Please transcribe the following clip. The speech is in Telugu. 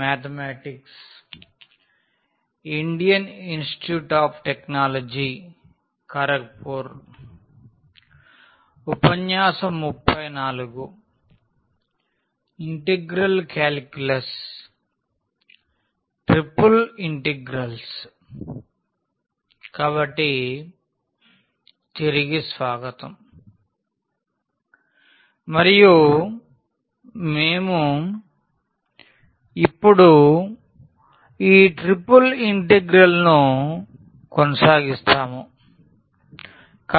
మరియు మేము ఇప్పుడు ఈ ట్రిపుల్ ఇంటిగ్రల్ ను కొనసాగిస్తాము